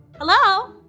Hello